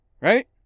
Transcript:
right